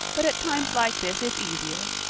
but at times like this it's easier.